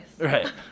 right